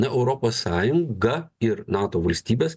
na europos sąjunga ir nato valstybės